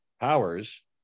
powers